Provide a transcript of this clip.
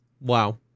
Wow